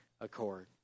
accord